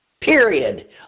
period